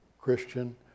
Christian